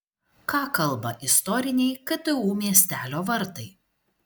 ką kalba istoriniai ktu miestelio vartai